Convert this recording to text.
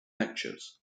lectures